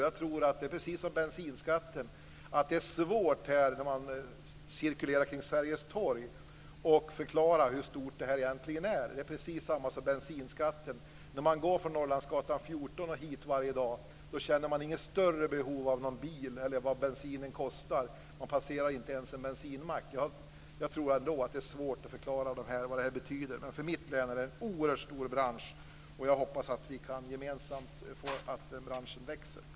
Jag tror att det är svårt att förklara hur stort detta egentligen är när man cirkulerar kring Sergels torg. Det är precis samma sak som med bensinskatten. När man går från Norrlandsgatan 14 och hit varje dag känner man inget större behov av någon bil och är inte beroende av bensinen kostar. Man passerar inte ens en bensinmack. Jag tror att det är svårt att förklara vad det här betyder. För mitt län är det en oerhört stor bransch. Jag hoppas att vi gemensamt kan göra så att den branschen växer.